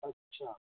अच्छा